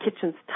kitchen's